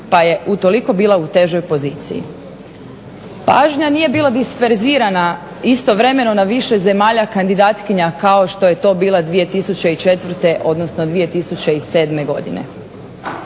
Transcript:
pa je stoga bila u težoj poziciji. Pažnja nije bila disperzirana istovremeno na više zemalja kandidatkinja kao što je to bila 2004. odnosno 2007. godine.